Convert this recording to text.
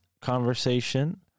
conversation